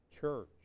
Church